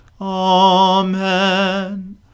Amen